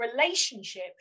relationship